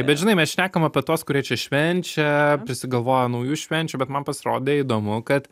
bet žinai mes šnekam apie tuos kurie čia švenčia prisigalvoja naujų švenčių bet man pasirodė įdomu kad